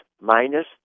minus